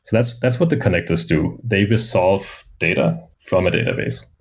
that's that's what the connectors do. they resolve data from a database.